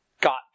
got